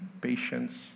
patience